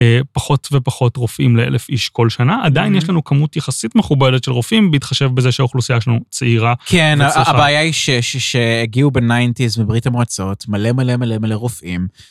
פחות ופחות רופאים לאלף איש כל שנה. עדיין יש לנו כמות יחסית מכובדת של רופאים, בהתחשב בזה שהאוכלוסייה שלנו צעירה. כן, הבעיה היא שהגיעו בניינטיז מברית המועצות מלא מלא מלא מלא רופאים.